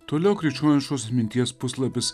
toliau krikščioniškos atminties puslapis